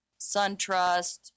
SunTrust